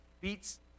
beats